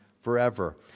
forever